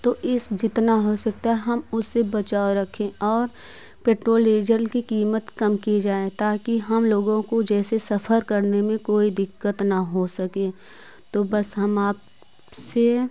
तो इस जितना हो सकता है हम उससे बचाव रखें और पेट्रोल डीजल की कीमत कम किए जाए ताकि हम लोगों को जैसे सफर करने में कोई दिक्कत न हो सके तो बस हम आपसे